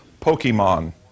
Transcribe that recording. Pokemon